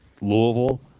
Louisville